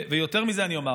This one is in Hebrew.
יותר מזה אני אומר,